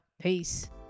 peace